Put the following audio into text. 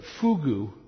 fugu